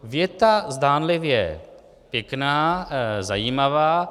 Věta zdánlivě pěkná, zajímavá.